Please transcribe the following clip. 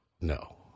no